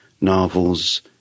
novels